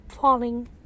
falling